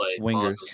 wingers